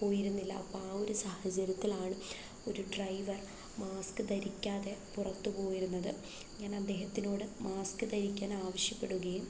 പോയിരുന്നില്ല അപ്പം ആ ഒരു സാഹചര്യത്തിലാണ് ഒരു ഡ്രൈവർ മാസ്ക് ധരിക്കാതെ പുറത്ത് പോയിരുന്നത് ഞാൻ അദ്ദേഹത്തിനോട് മാസ്ക് ധരിക്കാൻ ആവശ്യപ്പെടുകയും